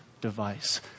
device